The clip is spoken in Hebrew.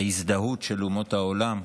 ההזדהות של אומות העולם,